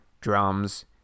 drums